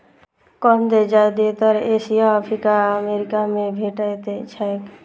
कंद जादेतर Asia, Africa आ अमेरिका मे भेटैत छैक